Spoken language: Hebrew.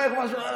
אומר משהו,